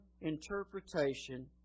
interpretation